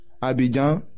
Abidjan